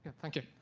thank you.